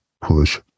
push